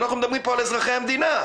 אנחנו מדברים פה על אזרחי המדינה,